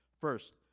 First